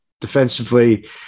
defensively